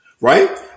Right